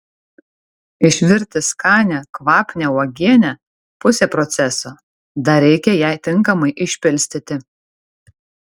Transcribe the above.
išvirti skanią kvapnią uogienę pusė proceso dar reikia ją tinkamai išpilstyti